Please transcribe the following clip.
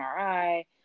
MRI